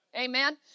Amen